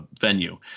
venue